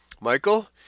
Michael